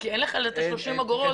אין עליהם פיקדון של 30 אגורות.